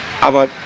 aber